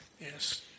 Yes